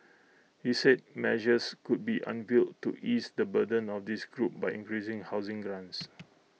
he said measures could be unveiled to ease the burden of this group by increasing housing grants